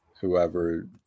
whoever